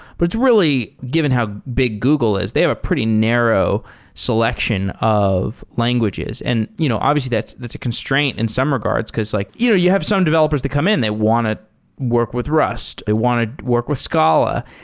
but it's really given how big google is, they have a pretty narrow selection of languages, and you know obviously that's that's a constraint in some regards because like you know you have some developers to come in. they want to work with rust. rust. they wanted to work with scala,